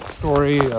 story